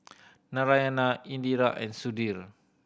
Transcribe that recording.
Narayana Indira and Sudhir